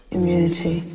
Immunity